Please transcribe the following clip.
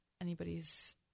anybody's